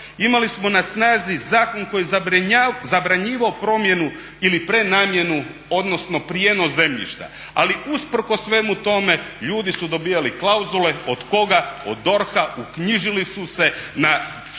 Imali smo na snazi zakon koji je zabranjivao promjenu ili prenamjenu odnosno prijenos zemljišta, ali usprkos svemu tome ljudi su dobivali klauzule, od koga, od DORH-a, uknjižili su se na